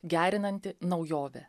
gerinanti naujovė